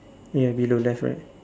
ya below left right